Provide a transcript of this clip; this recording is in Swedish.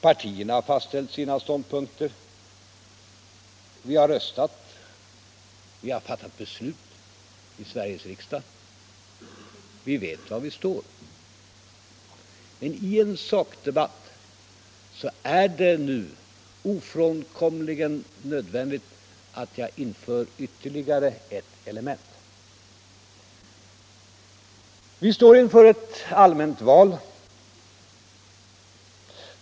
Partierna har fastställt sina ståndpunkter, vi har röstat och fattat beslut i Sveriges riksdag. Vi vet var vi står. Men i en sakdebatt är det nu ofrånkomligen nödvändigt att jag inför ytterligare ett element. Vi står inför ett allmänt val.